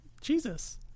Jesus